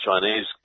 Chinese